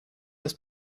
das